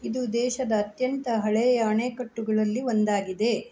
ಇದು ದೇಶದ ಅತ್ಯಂತ ಹಳೆಯ ಅಣೆಕಟ್ಟುಗಳಲ್ಲಿ ಒಂದಾಗಿದೆ